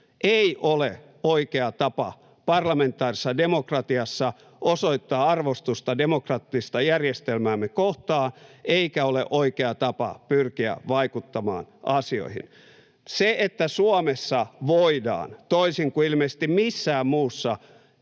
ei ole oikea tapa parlamentaarisessa demokratiassa osoittaa arvostusta demokraattista järjestelmäämme kohtaan eikä ole oikea tapa pyrkiä vaikuttamaan asioihin. Se, että Suomessa voidaan, toisin kuin ilmeisesti missään muussa